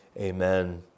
Amen